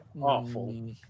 Awful